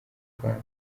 rwanda